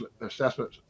Assessment